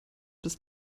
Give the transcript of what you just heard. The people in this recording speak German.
bis